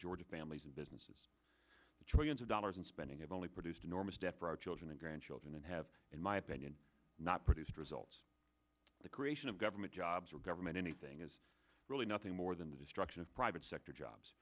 georgia families and businesses trillions of dollars in spending it only produced enormous debt for our children and grandchildren and have in my opinion not produced results the creation of government jobs or government anything is really nothing more than the destruction of private sector jobs